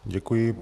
Děkuji.